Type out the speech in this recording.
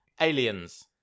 Aliens